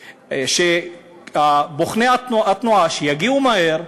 שבוחני התנועה יגיעו מהר,